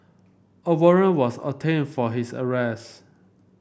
a warrant was obtained for his arrest